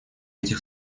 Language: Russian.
этих